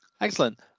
Excellent